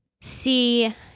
see